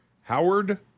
Howard